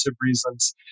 reasons